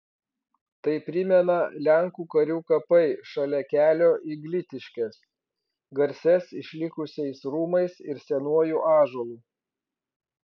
tai primena lenkų karių kapai šalia kelio į glitiškes garsias išlikusiais rūmais ir senuoju ąžuolu